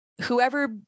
whoever